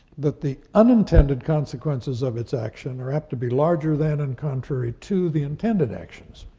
that the unintended consequences of its action are apt to be larger than and contrary to the intended actions.